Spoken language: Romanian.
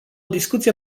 discuție